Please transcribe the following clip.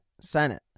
Senate